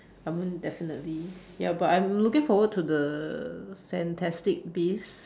I mean definitely ya but I'm looking forward to the fantastic beast